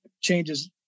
changes